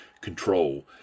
control